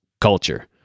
culture